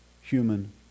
human